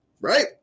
right